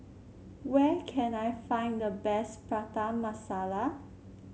where can I find the best Prata Masala